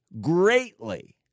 greatly